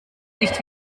nicht